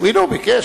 הנה הוא ביקש.